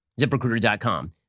ZipRecruiter.com